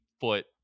foot